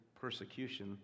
persecution